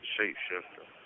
Shapeshifter